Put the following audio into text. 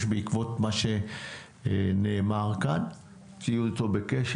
בעקבות מה שנאמר כאן ושיהיו איתו בקשר.